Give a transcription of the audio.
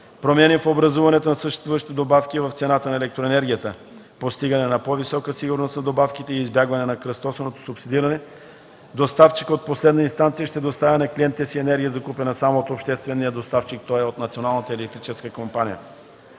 промени в образуването на съществуващите добавки в цената на електроенергията; - постигане на по-висока сигурност на доставките и избягване на кръстосано субсидиране, доставчикът от последна инстанция ще доставя на клиентите си енергия, закупена само от обществения доставчик, тоест от Националната електрическа компания;